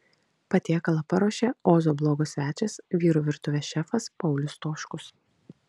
patiekalą paruošė ozo blogo svečias vyrų virtuvės šefas paulius stoškus